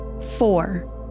Four